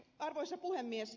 arvoisa puhemies